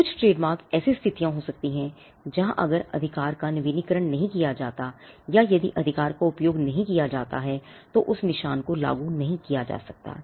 कुछ ट्रेडमार्क ऐसी स्थितियां हो सकती हैं जहां अगर अधिकार का नवीनीकरण नहीं किया जाता है या यदि अधिकार का उपयोग नहीं किया जाता है तो उस निशान को लागू नहीं किया जा सकता है